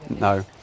no